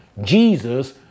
Jesus